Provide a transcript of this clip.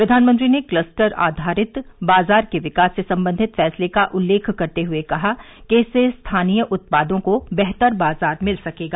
प्रधानमंत्री ने क्लस्टर आधरित बाजार के विकास से संबंधित फैसले का उल्लेख करते हुए कहा कि इससे स्थानीय उत्पादों को बेहतर बाजार मिल सकेगा